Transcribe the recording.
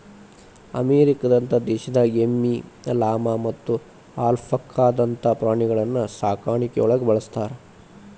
ಅಮೇರಿಕದಂತ ದೇಶದಾಗ ಎಮ್ಮಿ, ಲಾಮಾ ಮತ್ತ ಅಲ್ಪಾಕಾದಂತ ಪ್ರಾಣಿಗಳನ್ನ ಸಾಕಾಣಿಕೆಯೊಳಗ ಬಳಸ್ತಾರ